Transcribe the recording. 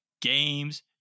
games